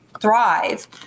thrive